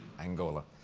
angola.